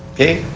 okay.